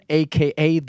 aka